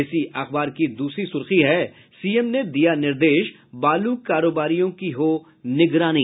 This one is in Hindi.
इसी अखबार की दूसरी सुर्खी है सीएम ने दिया निर्देश बालू कारोबारियों की हो निगरानी